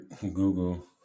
Google